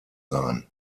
sein